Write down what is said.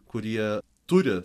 kurie turi